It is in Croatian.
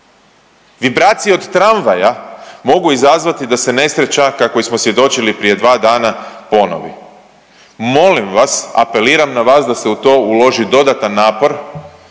Vibracije od tramvaja mogu izazvati da se nesreća kakvoj smo svjedočili prije dva dana ponovi. Molim vas, apeliram na vas da se u to uloži dodatan napor